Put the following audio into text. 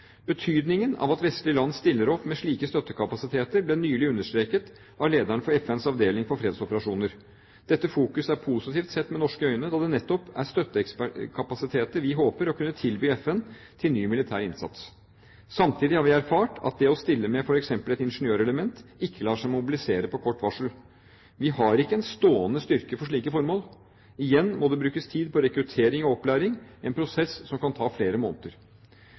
Betydningen av at vestlige land stiller opp med slike støttekapasiteter, ble nylig understreket av lederen for FNs avdeling for fredsoperasjoner. Dette fokuset er positivt sett med norske øyne, da det nettopp er støttekapasiteter vi håper å kunne tilby FN til ny militær innsats. Samtidig har vi erfart at det å stille med f.eks. et ingeniørelement, ikke lar seg mobilisere på kort varsel. Vi har ikke en stående styrke for slike formål. Igjen må det brukes tid på rekruttering og opplæring – en prosess som kan ta flere måneder.